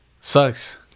sucks